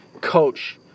coach